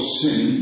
sin